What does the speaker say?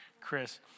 chris